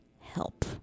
help